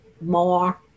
more